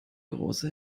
große